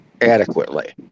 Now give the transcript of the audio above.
adequately